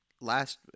last